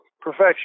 Perfection